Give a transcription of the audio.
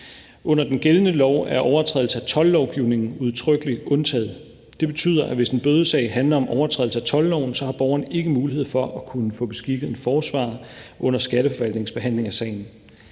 Under den gældende lov er overtrædelse af toldlovgivningen udtrykkelig undtaget. Det betyder, at hvis en bødesag handler om overtrædelse af toldloven, så har borgeren ikke mulighed for at kunne få beskikket en forsvarer under Skatteforvaltningens behandling af sagen.